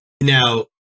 Now